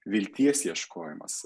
vilties ieškojimas